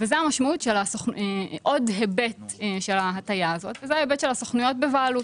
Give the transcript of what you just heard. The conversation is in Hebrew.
וזאת המשמעות של עוד היבט של ההטיה הזאת וזה ההיבט של הסוכנויות בבעלות.